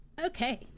Okay